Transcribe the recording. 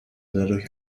dadurch